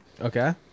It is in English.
Okay